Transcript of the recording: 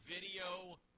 video